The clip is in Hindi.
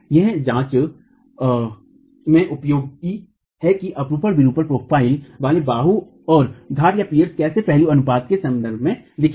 यह जांचने में उपयोगी है कि अपरूपण विरूपण प्रोफाइल वाले बाहू और घाटपियर्स कैसे पहलू अनुपात के संबंध में दिखेंगे